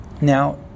now